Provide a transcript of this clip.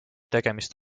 tegemist